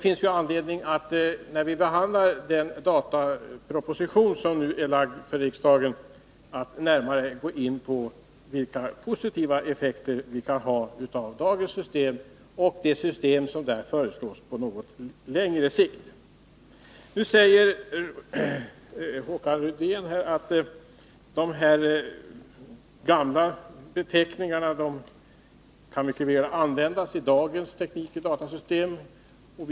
När vi skall behandla den dataproposition som nu är avlämnad till riksdagen, finns det anledning att närmare gå in på vilka positiva effekter vi kan få av dagens system och det system som därför föreslås på något längre sikt. Nu säger Håkan Rydén att de gamla beteckningarna mycket väl kan användas med dagens datateknik.